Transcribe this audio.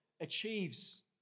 achieves